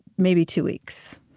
maybe two weeks.